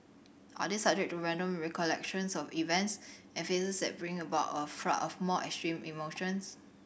are they subject to random recollections of events and faces that bring about a flood of more extreme emotions